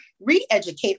re-educate